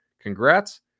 congrats